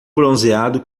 bronzeado